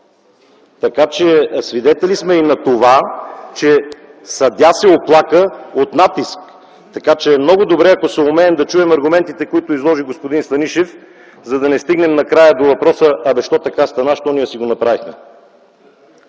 5:1. Свидетели сме и на това, че съдия се оплака от натиск. Така че е много добре, ако съумеем да чуем аргументите, които изложи господин Станишев, за да не стигнем накрая до въпроса: Абе, защо така стана - защо ние си го направихме?